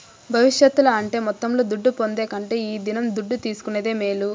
భవిష్యత్తుల అంటే మొత్తంలో దుడ్డు పొందే కంటే ఈ దినం దుడ్డు తీసుకునేదే మేలు